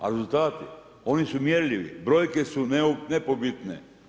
A rezultati, oni su mjerljivi, brojke su nepobitne.